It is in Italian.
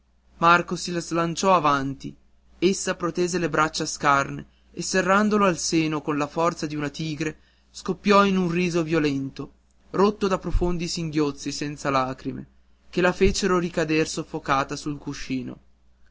marco si slanciò avanti essa protese le braccia scarne e serrandolo al seno con la forza d'una tigre scoppiò in un riso violento rotto da profondi singhiozzi senza lagrime che la fecero ricader soffocata sul cuscino